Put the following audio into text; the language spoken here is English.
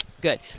good